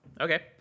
Okay